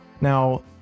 Now